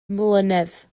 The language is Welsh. mlynedd